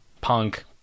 punk